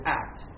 act